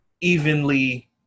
evenly